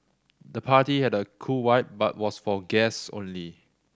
the party had a cool vibe but was for guests only